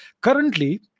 Currently